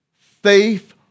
Faith